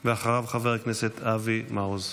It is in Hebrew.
ואחריו, חבר הכנסת אבי מעוז.